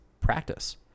practice